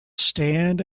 stand